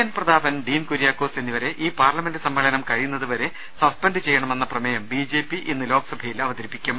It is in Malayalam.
ടി എൻ പ്രതാപൻ ഡീൻ കുര്യാക്കോസ് എന്നിവരെ ഈ പാർലമെന്റ് സമ്മേളനം കഴിയുന്നത് വരെ സസ്പെന്റ് ചെയ്യണമെന്ന പ്രമേയം ബിജെപി ഇന്ന് ലോക്സഭയിൽ അവതരിപ്പിക്കും